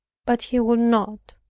but he would not